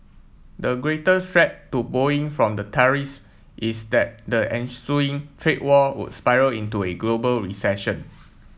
the greater threat to Boeing from the tariffs is that the ensuing trade war would spiral into a global recession